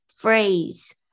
Phrase